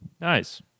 Nice